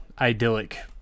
idyllic